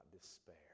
despair